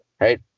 right